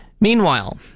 Meanwhile